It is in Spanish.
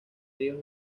ríos